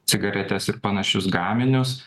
cigaretes ir panašius gaminius